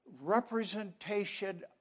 representation